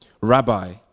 Rabbi